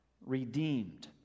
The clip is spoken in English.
redeemed